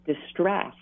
distress